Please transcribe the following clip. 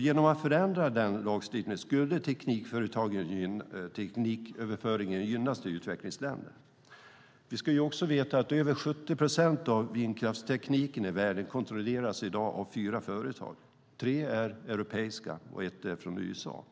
Genom att förändra den lagstiftningen skulle tekniköverföringen till utvecklingsländerna gynnas. Vi ska också veta att över 70 procent av vindkraftstekniken i dag kontrolleras av fyra företag, tre är europeiska och ett är från USA.